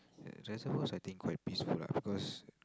ya reservoirs I think quite peaceful lah of course